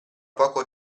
poco